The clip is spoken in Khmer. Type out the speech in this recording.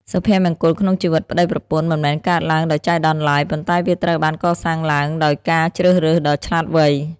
សុភមង្គលក្នុងជីវិតប្ដីប្រពន្ធ មិនមែនកើតឡើងដោយចៃដន្យឡើយ ប៉ុន្តែវាត្រូវបានកសាងឡើងដោយការជ្រើសរើសដ៏ឆ្លាតវៃ។